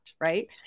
right